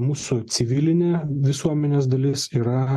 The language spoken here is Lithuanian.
mūsų civilinė visuomenės dalis yra